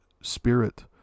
spirit